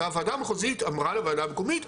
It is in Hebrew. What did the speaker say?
והוועדה המחוזית אמרה לוועדה המקומית,